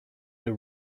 the